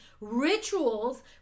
rituals